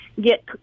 get